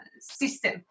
system